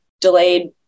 Delayed